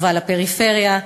טובה לפריפריה,